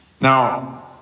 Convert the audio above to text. Now